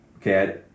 okay